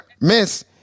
miss